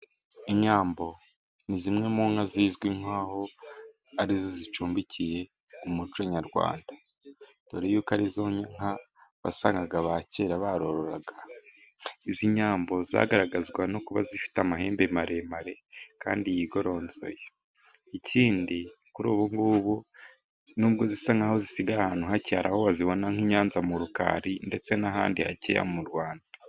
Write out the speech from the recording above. Inyambo ni zimwe mu nka zizwi nkaho arizo zicumbikiye umuco nyarwanda dore yuko arizo nka wasangaga aba kera barororaga. Izi nyambo zagaragazwaga no kuba zifite amahembe maremare kandi yigoronzoye, ikindi kuri ubugubu nubwo zisa naho zisigaye ahantu hake hari aho wazibona nk'iyanza mu rukari ndetse n'ahandi mu Rwanda.